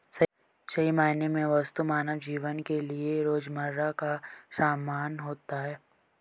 सही मायने में वस्तु मानव जीवन के लिये रोजमर्रा का सामान होता है